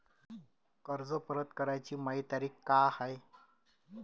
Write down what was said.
कर्ज परत कराची मायी तारीख का हाय?